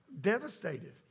devastated